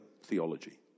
theology